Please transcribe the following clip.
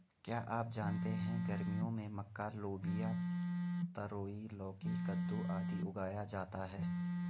क्या आप जानते है गर्मियों में मक्का, लोबिया, तरोई, लौकी, कद्दू, आदि उगाया जाता है?